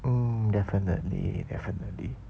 mm definitely definitely